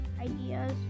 ideas